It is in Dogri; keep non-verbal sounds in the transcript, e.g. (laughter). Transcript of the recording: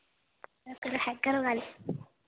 (unintelligible)